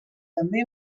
també